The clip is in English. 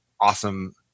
awesome